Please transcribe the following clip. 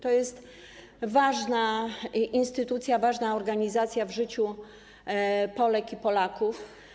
To jest ważna instytucja, ważna organizacja w życiu Polek i Polaków.